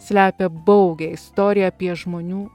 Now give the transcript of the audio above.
slepia baugią istoriją apie žmonių